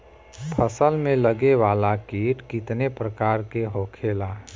फसल में लगे वाला कीट कितने प्रकार के होखेला?